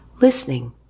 listening